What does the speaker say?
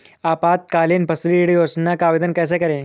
अल्पकालीन फसली ऋण योजना का आवेदन कैसे करें?